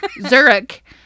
Zurich